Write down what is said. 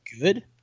good